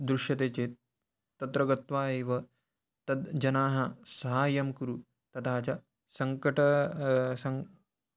दृश्यते चेत् तत्र गत्वा एव तद् जनाः सहायं कुरु तथा च सङ्कटे सं